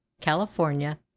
california